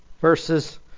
Verses